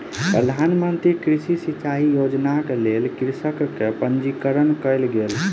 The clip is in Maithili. प्रधान मंत्री कृषि सिचाई योजनाक लेल कृषकक पंजीकरण कयल गेल